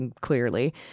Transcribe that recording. clearly